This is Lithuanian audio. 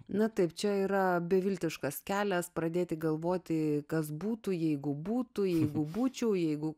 na taip čia yra beviltiškas kelias pradėti galvoti kas būtų jeigu būtų jeigu būčiau jeigu